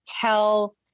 tell